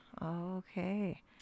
okay